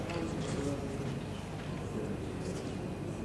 מוקדם בוועדת הפנים והגנת הסביבה